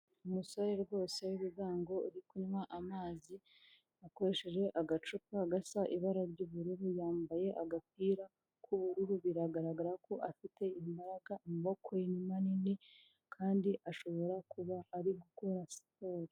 Umusore rwose w'ibigango uri kunywa amazi akoresheje agacupa gasa ibara ry'ubururu, yambaye agapira k'ubururu biragaragara ko afite imbaraga amaboko ye ni manini kandi ashobora kuba ari gukora siporo.